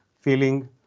feeling